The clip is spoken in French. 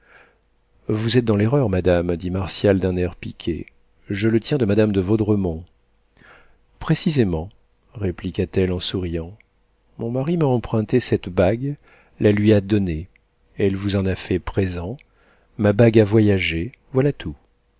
vous êtes dans l'erreur madame dit martial d'un air piqué je le tiens de madame de vaudremont précisément répliqua-t-elle en souriant mon mari m'a emprunté cette bague la lui a donnée elle vous en a fait présent ma bague a voyagé voilà tout